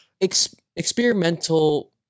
experimental